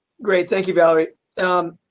great thank you valerie.